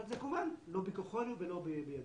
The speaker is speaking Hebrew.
אבל זה כמובן לא בכוחנו ולא בידינו.